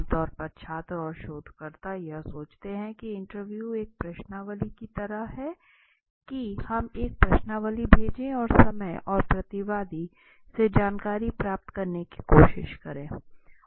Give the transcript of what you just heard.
आमतौर पर छात्र और शोधकर्ता यह सोचते हैं कि इंटरव्यू एक प्रश्नावली की तरह है कि हम एक प्रश्नावली भेज और समय और प्रतिवादी से जानकारी प्राप्त करने की कोशिश करें